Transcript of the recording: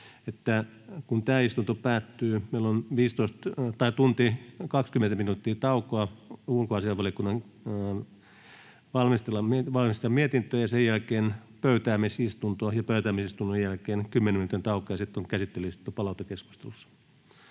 kun tämä istunto päättyy, meillä on tunti 20 minuuttia taukoa ulkoasiainvaliokunnan valmistella mietintöä ja sen jälkeen on pöytäämisistunto ja pöytää-misistunnon jälkeen 10 minuutin tauko ja sitten on käsittelyistunto palautekeskustelussa.